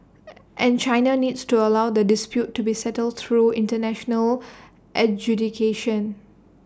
and China needs to allow the dispute to be settled through International adjudication